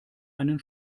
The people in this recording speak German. einen